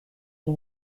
and